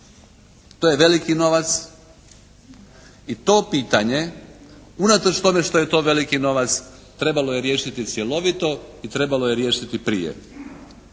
To je veliki novac. I to pitanje unatoč tome što je to veliki novac trebalo je riješiti cjelovito i trebalo je riješiti prije.